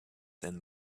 than